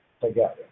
together